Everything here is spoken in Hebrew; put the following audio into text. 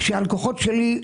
שהלקוחות שלי,